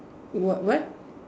what what